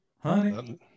honey